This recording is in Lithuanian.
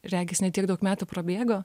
regis ne tiek daug metų prabėgo